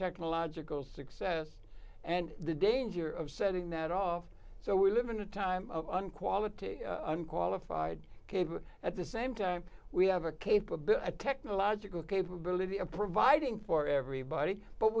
technological success and the danger of setting that off so we live in a time of an quality unqualified cave at the same time we have a capability technological capability of providing for everybody but